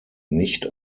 nicht